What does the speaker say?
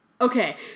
Okay